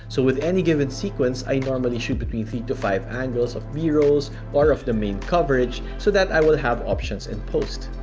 so with any given sequence, i normally shoot between three to five angles of b-rolls, or but of the main coverage, so that i will have options in post.